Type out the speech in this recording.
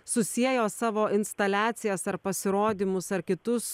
susiejo savo instaliacijas ar pasirodymus ar kitus